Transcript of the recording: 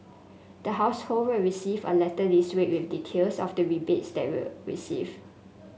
the household will receive a letter this week with details of the rebates they will receive